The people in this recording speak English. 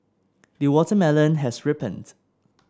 the watermelon has ripened